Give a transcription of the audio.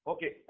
Okay